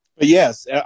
Yes